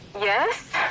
Yes